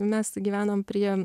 mes gyvenam prie